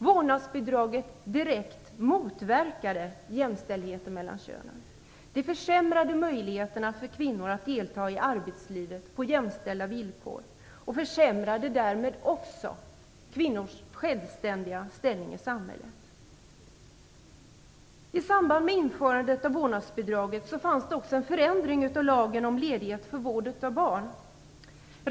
Vårdnadsbidraget direkt motverkade jämställdheten mellan könen. Det försämrade möjligheterna för kvinnor att delta i arbetslivet på jämställda villkor och försämrade därmed också kvinnors självständiga ställning i samhället. I samband med införandet av vårdnadsbidraget gjordes också en förändring av lagen om ledighet för vård av barn.